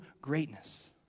greatness